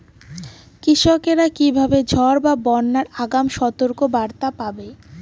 কৃষকেরা কীভাবে ঝড় বা বন্যার আগাম সতর্ক বার্তা পাবে?